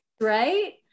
right